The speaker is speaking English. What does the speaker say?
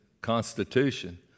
constitution